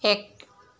এক